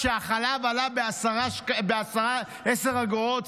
כשהחלב עלה ב-10 אגורות,